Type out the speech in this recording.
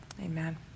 amen